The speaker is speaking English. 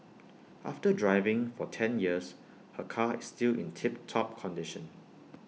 after driving for ten years her car is still in tip top condition